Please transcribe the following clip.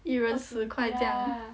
一人十块这样